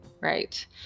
right